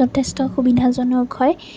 যথেষ্ট সুবিধাজনক হয়